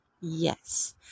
yes